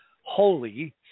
holy